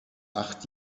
acht